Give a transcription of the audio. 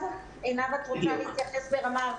עינב לוק תוכל להתייחס ברמה ארצית.